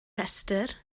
rhestr